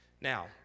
Now